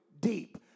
deep